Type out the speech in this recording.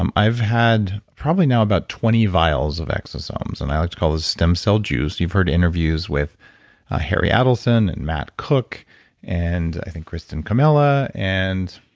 um i've had probably now about twenty vials of exosomes and i like to call this stem cell juice. you've heard interviews with harry adelson and matt cook and i think kristin camilla and